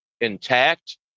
intact